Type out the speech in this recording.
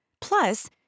Plus